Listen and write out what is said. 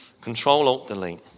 Control-Alt-Delete